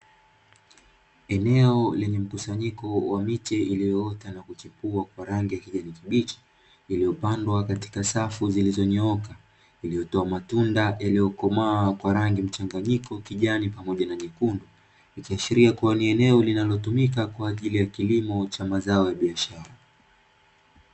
Eneo lenye mkusanyiko wa miche iliyoota na kuchipua kwa rangi ya kijani kibichi iliyopandwa katika safu zilizonyooka iliyotoa matunda yaliyokomaa kwa rangi mchanganyiko kijani pamoja na nyekundu, ikiashiria kuwa ni eneo linalotumika kwa ajili ya kilimo cha mazao ya biashara.